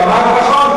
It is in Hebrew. את אמרת נכון,